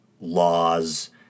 laws